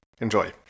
Enjoy